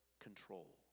control